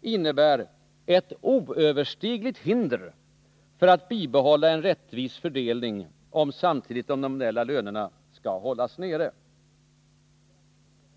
innebär ”ett oöverstigligt hinder för att bibehålla en rättvis fördelning om samtidigt de nominella lönerna skall hållas nere”.